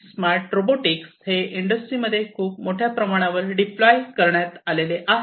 smart robotics हे इंडस्ट्रीमध्ये हे खूप मोठ्या प्रमाणावर डिप्लाय करण्यात आले आहे